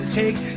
take